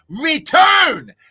return